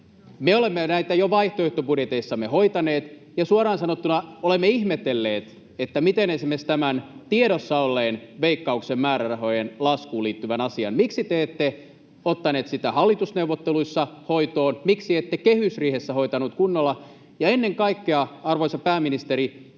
Me olemme näitä jo vaihtoehtobudjeteissamme hoitaneet, ja suoraan sanottuna olemme ihmetelleet, miksi te esimerkiksi tätä tiedossa ollutta Veikkauksen määrärahojen laskuun liittyvää asiaa ette ottaneet hallitusneuvotteluissa hoitoon ja miksi ette kehysriihessä hoitaneet sitä kunnolla. Ja ennen kaikkea, arvoisa pääministeri,